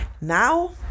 Now